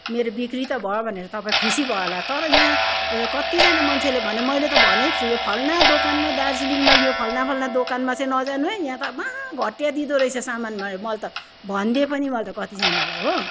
मेरो बिक्री त भयो भनेर तपाईँ खुसी भयो होला तर यहाँ कतिजना मान्छेले भने मैले त भनेको छु यो फलाना दोकानमा दार्जिलिङमा यो फलाना फालना दोकानमा चाहिँ नजानु है यहाँ त महा घटिया दिँदो रहेछ सामानमा मैले त भन्दे पनि मैले त कतिजनालाई हो